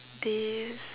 this